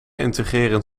integreren